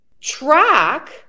track